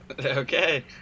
Okay